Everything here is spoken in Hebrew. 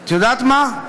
את יודעת מה,